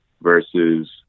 versus